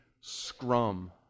scrum